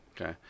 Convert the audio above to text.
Okay